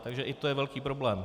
Takže i to je velký problém.